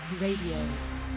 Radio